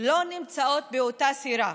לא נמצאים באותה סירה.